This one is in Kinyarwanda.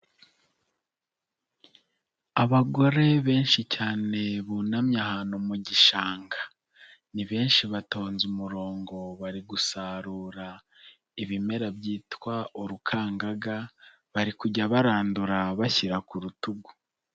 Abagore benshi cyane bunamye ahantu mu gishanga ni benshi batonze umurongo bari gusarura ibimera byitwa urukangaga bari kujya barandura bashyira ku rutugu.